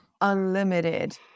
unlimited